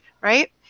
Right